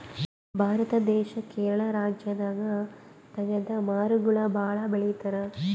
ಭಾರತ ದೇಶ್ ಕೇರಳ ರಾಜ್ಯದಾಗ್ ತೇಗದ್ ಮರಗೊಳ್ ಭಾಳ್ ಬೆಳಿತಾರ್